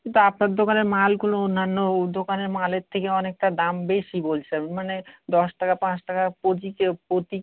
কিন্তু আপনার দোকানের মালগুলো অন্যান্য দোকানের মালের থেকে অনেকটা দাম বেশি বলছেন মানে দশ টাকা পাঁচ টাকা তে প্রতি